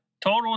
total